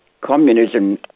communism